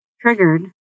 triggered